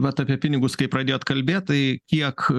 vat apie pinigus kai pradėjot kalbėt tai kiek